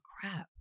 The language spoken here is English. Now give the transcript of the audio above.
crap